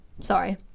Sorry